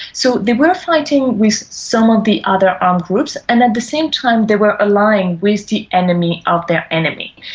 so they were fighting with some of the other armed groups and at the same time they were allying with the enemy of their enemy.